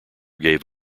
gave